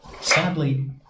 Sadly